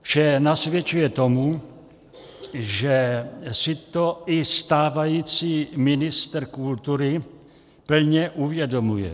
Vše nasvědčuje tomu, že si to i stávající ministr kultury plně uvědomuje.